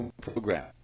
Program